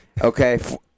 Okay